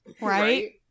Right